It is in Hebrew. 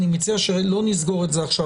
אני מציע שלא נסגור את זה עכשיו.